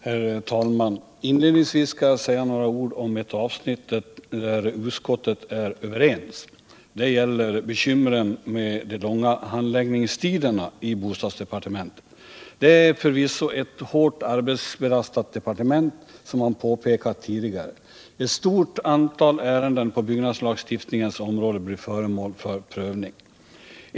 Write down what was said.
Herr talman! Inledningsvis skall jag säga några ord om ett avsnitt där utskottet är överens. Det gäller bekymren med de långa handläggningstiderna i bostadsdepartementet. Som man tidigare påpekat är det förvisso ett hårt arbetsbelastat departement. Ett stort antal ärenden på byggnadslagstiftningens område blir föremål för prövning.